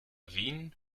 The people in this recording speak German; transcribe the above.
wien